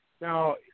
Now